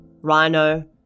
rhino